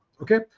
Okay